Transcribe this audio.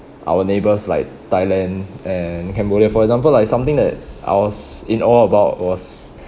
our neighbours like thailand and cambodia for example like something that I was in awe about was